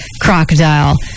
crocodile